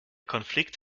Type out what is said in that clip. konflikt